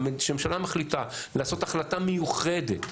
כשממשלה מחליטה לעשות החלטה מיוחדת,